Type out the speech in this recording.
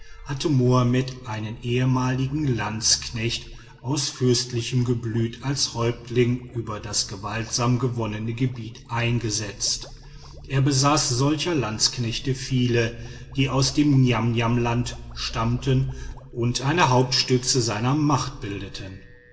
hatte mohammed einen ehemaligen landsknecht aus fürstlichem geblüt als häuptling über das gewaltsam gewonnene gebiet eingesetzt er besaß solcher landsknechte viele die aus dem niamniamland stammten und eine hauptstütze seiner macht bildeten